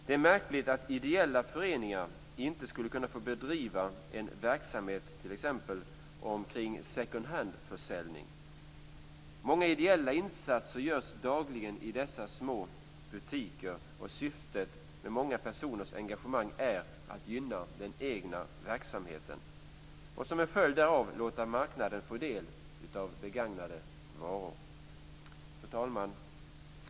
Det är märkligt att ideella föreningar inte skulle kunna få bedriva en verksamhet med second handförsäljning. Många ideella insatser görs dagligen i dessa små butiker. Syftet med många personers engagemang är att gynna den egna verksamheten och som en följd därav låta marknaden få del av begagnade varor. Fru talman!